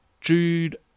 Jude